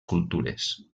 cultures